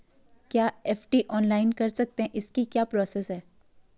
क्या FD online कर सकते हैं इसकी क्या प्रोसेस है?